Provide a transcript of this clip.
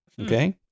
okay